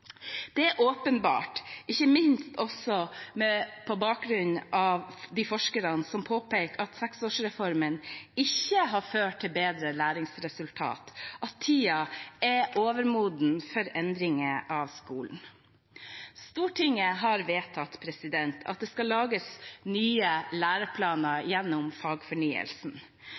Det er åpenbart, ikke minst også på bakgrunn av de forskerne som påpeker at seksårsreformen ikke har ført til bedre læringsresultater, at tiden er overmoden for endringer av skolen. Stortinget har vedtatt at det skal lages nye læreplaner gjennom fagfornyelsen.